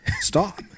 Stop